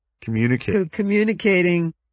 communicating